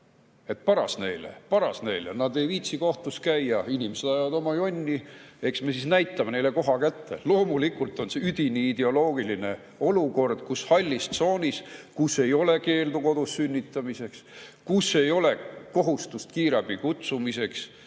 et paras neile. "Paras neile! Nad ei viitsi kohtus käia, ajavad oma jonni, eks me siis näitame neile koha kätte." Loomulikult on see üdini ideoloogiline olukord. Hall tsoon, kus ei ole keeldu kodus sünnitamiseks, kus ei ole kohustust kiirabi kutsumiseks,